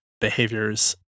behaviors